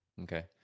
Okay